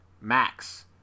Max